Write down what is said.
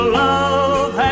love